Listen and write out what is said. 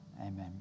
Amen